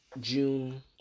June